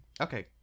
Okay